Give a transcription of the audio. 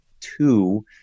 two